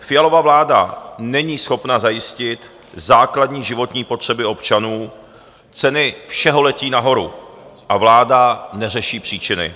Fialova vláda není schopna zajistit základní životní potřeby občanů, ceny všeho letí nahoru a vláda neřeší příčiny.